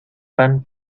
pan